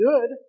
good